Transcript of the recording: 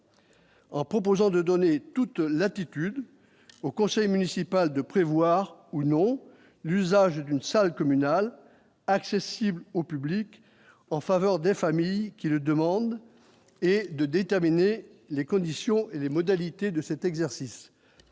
En proposant de donner toute latitude au conseil municipal de prévoir ou non l'usage d'une salle communale accessible au public en faveur des familles qui le demandent et de déterminer les conditions et les modalités de cet exercice,